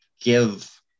give